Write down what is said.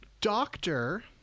doctor